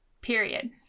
Period